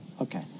Okay